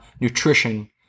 nutrition